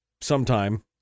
sometime